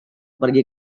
pergi